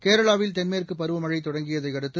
கேரளாவில் தென்மேற்கு பருவமழை தொடங்கியதை அடுத்து